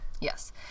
Yes